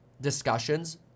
discussions